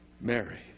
Mary